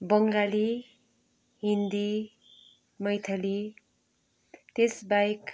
बङ्गाली हिन्दी मैथली त्यसबाहेक